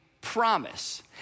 promise